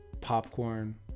popcorn